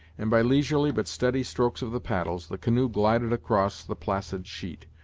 and by leisurely but steady strokes of the paddles, the canoe glided across the placid sheet,